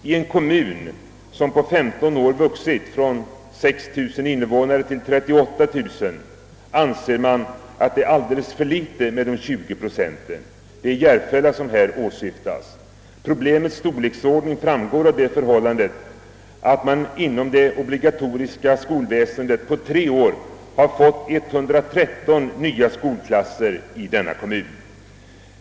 I en kommun, vars invånarantal på 15 år vuxit från 6 000 till 38 000, anser man att det är alldeles för litet med de 20 procenten, Det är Järfälla kommun som här åsyftas. Problemets storleksordning framgår av det förhållandet att man inom det obligatoriska skolväsendet på tre år har fått 113 nya skolklasser i denna kommun.